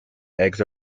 eggs